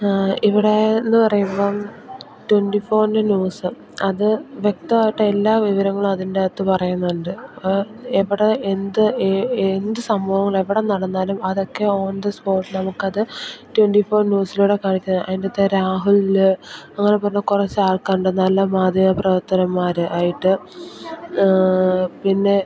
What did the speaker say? ഇവിടെയെന്നു പറയുമ്പം ട്വന്റി ഫോറിൻ്റെ ന്യൂസ് അത് വ്യക്തമായിട്ട് എല്ലാ വിവരങ്ങളും അതിൻ്റെ അകത്ത് പറയുന്നുണ്ട് എവിടെ എന്ത് എന്തു സംഭവങ്ങൾ എവിടെ നടന്നാലും അതൊക്കെ ഓൺ ദ സ്പോട്ടിൽ നമുക്കത് ട്വന്റി ഫോർ ന്യൂസിലൂടെ കാണിച്ചു തരാം അതിന്റകത്തെ ആ രാഹുൽ അങ്ങനെ പറഞ്ഞ കൊറച്ച് അൾക്കാരുണ്ട് നല്ല മാധ്യമ പ്രവർത്തകന്മാർ ആയിട്ട് പിന്നെ